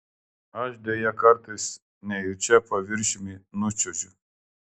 aš deja kartais nejučia paviršium nučiuožiu